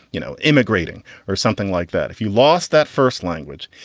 you know, immigrating or something like that, if you lost that first language,